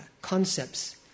concepts